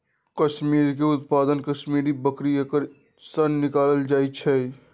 कस्मिरीके उत्पादन कस्मिरि बकरी एकर सन निकालल जाइ छै